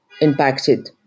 impacted